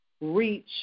reach